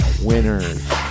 winners